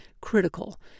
critical